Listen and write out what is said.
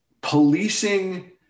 policing